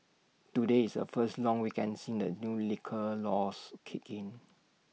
today is A first long weekend since the new liquor laws kicked in